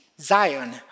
Zion